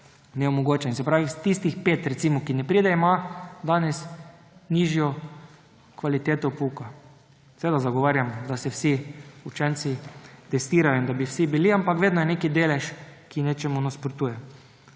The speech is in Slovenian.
ne omogoča, in se pravi, da ima tistih pet, ki ne pridejo, danes nižjo kvaliteto pouk. Seveda zagovarjam, da se vsi učenci testirajo in da bi vsi bili, ampak vedno je nek delež, ki nečemu nasprotuje,